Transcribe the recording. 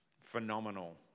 Phenomenal